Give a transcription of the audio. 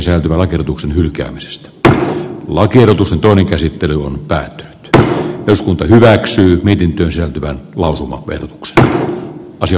ymmärsin ministerin niin että hän on siihen valmis vaikka hän edelleen empii tätä lakitekniikkaa